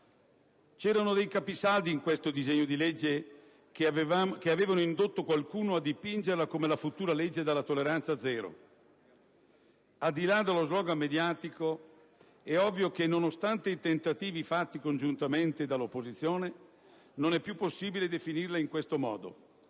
C'erano dei capisaldi in questo disegno di legge che avevano indotto qualcuno a dipingere la futura legge come quella della «tolleranza zero». Al di là dello *slogan* mediatico, è ovvio che, nonostante i tentativi fatti congiuntamente dall'opposizione, non è più possibile definirla in questo modo.